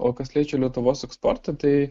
o kas liečia lietuvos eksportą tai